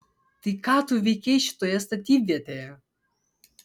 tai ką tu veikei šitoje statybvietėje